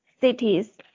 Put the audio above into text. cities